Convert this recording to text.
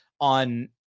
on